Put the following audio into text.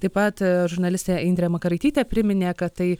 taip pat žurnalistė indrė makaraitytė priminė kad tai